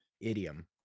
idiom